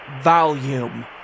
volume